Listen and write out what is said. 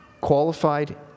qualified